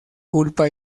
culpa